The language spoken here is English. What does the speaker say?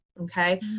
Okay